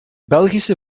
belgische